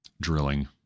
drilling